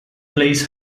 plays